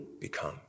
become